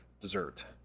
dessert